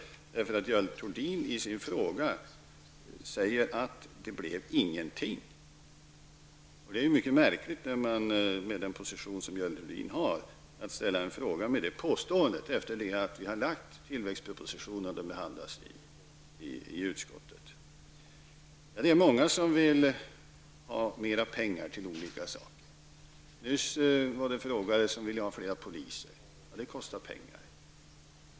I sin fråga säger nämligen Görel Thurdin: Det blev ingenting. Det är mycket märkligt att Görel Thurdin, med den position som hon har, ställer en fråga med detta påstående efter det att vi har lagt fram tillväxtpropositionen som behandlas i utskottet. Det är många som vill ha mer pengar till olika saker. Nyss var det en frågeställare som ville ha fler poliser, och det kostar pengar.